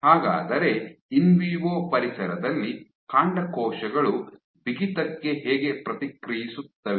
ಹಾಗಾದರೆ ಇನ್ವಿವೋ ಪರಿಸರದಲ್ಲಿ ಕಾಂಡಕೋಶಗಳು ಬಿಗಿತ್ತಕ್ಕೆ ಹೇಗೆ ಪ್ರತಿಕ್ರಿಯಿಸುತ್ತವೆ